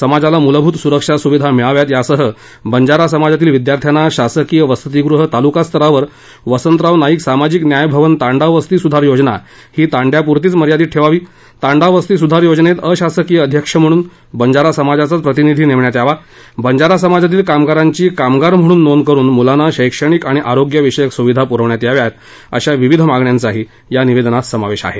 समाजाला मुलभूत सुरक्षा सुविधा मिळाव्यात यासह बंजारा समाजातील विद्यार्थाना शासकीय वसतिगृह तालुका स्तरावर वसंतराव नाईक सामाजिक न्याय भवन तांडा वस्ती सुधार योजना ही तांड्यापुरतीच मर्यादित ठेवावी तांडा वस्ती सुधार योजनेत अशासकीय अध्यक्ष म्हणून बंजारा समाजाचाच प्रतिनिधी नेमण्यात यावा बंजारा समाजातील कामगारांची कामगार म्हणून नोंद करुन मुलांना शैक्षणिक आणि आरोग्य विषयक सुविधा पुरवण्यात याव्यात अश्या विविध मागण्यांचाही या निवेदनात समावेश आहे